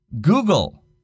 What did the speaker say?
Google